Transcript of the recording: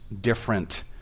different